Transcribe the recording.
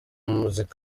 muziki